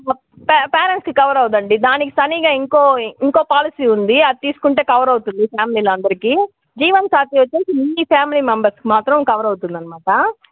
pay పేరెంట్స్కి కవరవదండి దానికి తనీగా ఇంకో ఇంకో పాలిసీ ఉంది అది తీసుకుంటే కవర్ అవుతుంది మీ ఫ్యామిలీలో అందరికీ జీవన్సాతి వచ్చేసి మీ ఫ్యామిలీ మెంబర్స్కి మాత్రం కవర్ అవుతుందనమాట